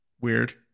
weird